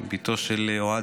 בתו של אוהד,